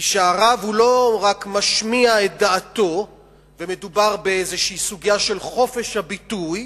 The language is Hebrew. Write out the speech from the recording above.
היא שהרב לא רק משמיע את דעתו ומדובר באיזו סוגיה של חופש הביטוי,